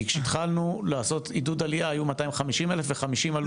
כי כשהתחלנו לעשות עידוד עלייה היו 250,000 ו-50,000 עלו מאז.